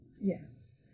Yes